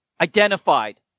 identified